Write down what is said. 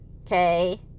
Okay